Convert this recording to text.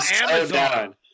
Amazon